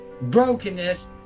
brokenness